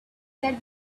that